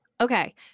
okay